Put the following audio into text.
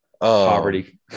Poverty